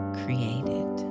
created